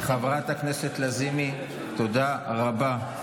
חברת הכנסת לזימי, תודה רבה.